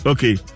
Okay